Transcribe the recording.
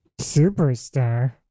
Superstar